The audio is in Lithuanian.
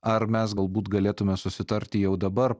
ar mes galbūt galėtume susitart jau dabar